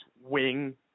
wing